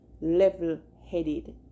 level-headed